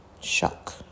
shock